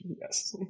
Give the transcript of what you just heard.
Yes